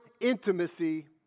intimacy